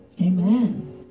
Amen